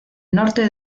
norte